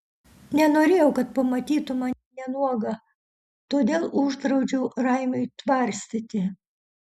nenorėjau kad pamatytų mane nuogą todėl uždraudžiau raimiui tvarstyti